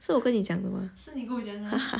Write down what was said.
是我跟你讲的吗